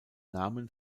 namen